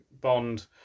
Bond